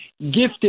gifted